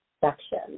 section